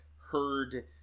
heard